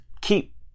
keep